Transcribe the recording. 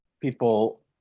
people